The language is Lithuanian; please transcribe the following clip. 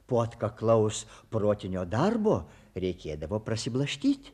po atkaklaus protinio darbo reikėdavo prasiblaškyti